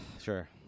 Sure